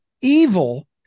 evil